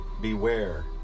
Beware